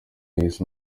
yahise